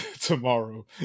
tomorrow